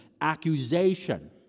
accusation